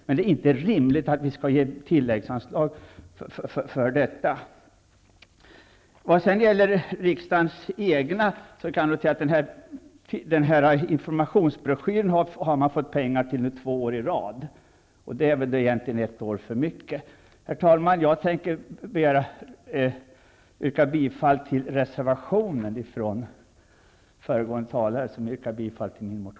Men det är inte rimligt att riksdagen skall ge tilläggsanslag för detta ändamål. Vad sedan gäller riksdagens egen verksamhet noterar jag att pengar beviljats till informationsbroschyren två år i rad. Det är egentligen ett år för mycket. Herr talman! Jag yrkar bifall till föregående talares reservation.